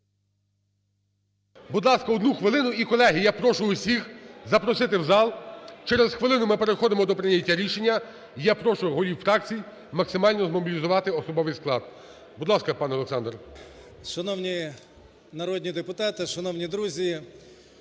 Будь ласка, 1 хвилину. І, колеги, я прошу усіх запросити в зал, через хвилину ми переходимо до прийняття рішення. Я прошу голів фракцій максимально змобілізувати особовий склад. Будь ласка, пане Олександр. 17:11:48 ДОМБРОВСЬКИЙ О.Г. Шановні народні депутати, шановні друзі,